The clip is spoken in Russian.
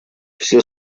все